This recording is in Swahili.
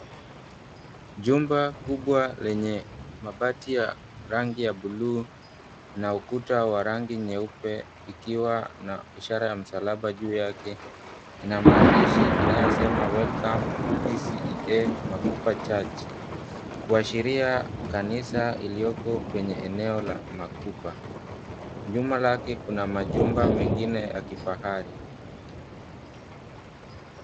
Jumba kubwa lenye mabati ya rangi ya buluu na ukuta wa rangi nyeupe, ikiwa na ishara ya msalaba juu yake. Ina maandishi inayosema, Welcome to PCEA Makupa Church . Kuashiria kanisa iliyoko kwenye eneo la Makupa nyuma lake kuna majumba mengine kifahari.